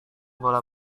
bola